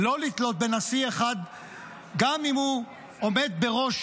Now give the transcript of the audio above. גם אם הוא עומד בראש